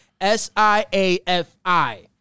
S-I-A-F-I